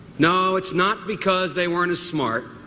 no, it's not because they weren't as smart.